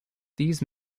these